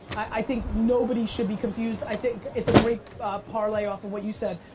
i think nobody should be confused, i think it's a great parlay off of what you said.